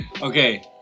okay